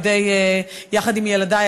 יחד עם ילדי,